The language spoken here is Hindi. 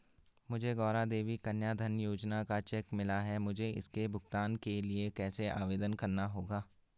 मुझे गौरा देवी कन्या धन योजना का चेक मिला है मुझे इसके भुगतान के लिए कैसे आवेदन करना होगा?